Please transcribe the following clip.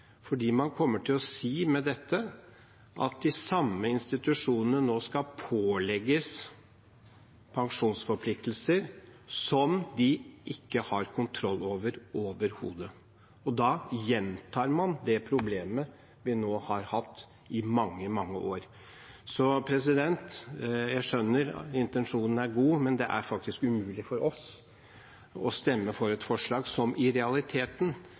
man kommer med dette til å si at de samme institusjonene nå skal pålegges pensjonsforpliktelser som de overhodet ikke har kontroll over. Da gjentar man det problemet vi har hatt nå i mange, mange år. Jeg skjønner at intensjonen er god, men det er umulig for oss å stemme for et forslag som i realiteten